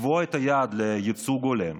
לקבוע את היעד לייצוג הולם,